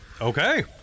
Okay